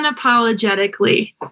unapologetically